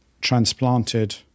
transplanted